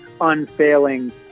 unfailing